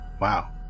Wow